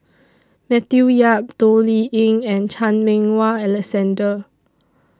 Matthew Yap Toh Liying and Chan Meng Wah Alexander